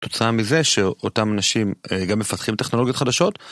כתוצאה מזה שאותם נשים גם מפתחים טכנולוגיות חדשות.